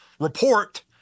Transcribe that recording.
report